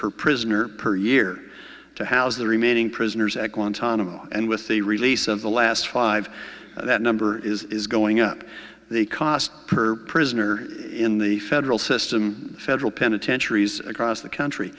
per prisoner per year to house the remaining prisoners at guantanamo and with the release of the last five that number is going up the cost per prisoner in the federal system federal penitentiaries across the country